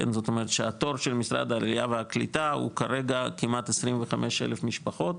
זאת אומרת שהתור של משרד העלייה והקליטה הוא כרגע כמעט 25,000 משפחות,